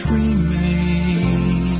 remain